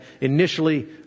initially